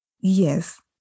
yes